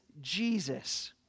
Jesus